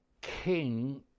king